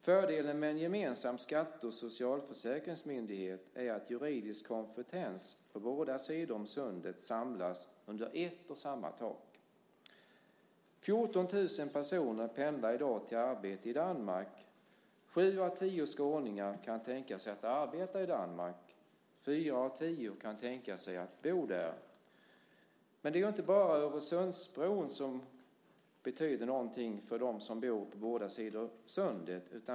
Fördelen med en gemensam skatte och socialförsäkringsmyndighet är att juridisk kompetens på båda sidor om sundet samlas under ett och samma tak. I dag pendlar 14 000 personer till arbete i Danmark. Sju av tio skåningar kan tänka sig att arbeta i Danmark. Fyra av tio kan tänka sig att bo där. Men det är inte bara Öresundsbron som betyder någonting för dem som bor på båda sidor om sundet.